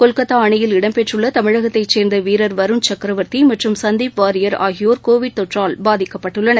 கொல்கத்தா அணியில் இடம்பெற்றுள்ள தமிழகத்தைச் சேர்ந்த வீரர் வருண் சக்ரவர்த்தி மற்றும் சந்தீப் வாரியர் ஆகியோர் கோவிட் தொற்றால் பாதிக்கப்பட்டுள்ளனர்